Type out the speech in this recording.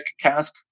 cask